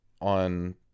on